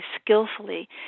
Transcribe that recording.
skillfully